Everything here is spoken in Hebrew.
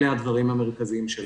אלה הדברים המרכזיים שלנו.